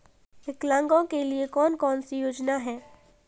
विकलांगों के लिए कौन कौनसी योजना है?